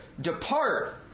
depart